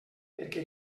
perquè